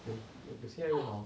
you if you spread it hor